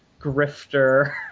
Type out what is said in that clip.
Grifter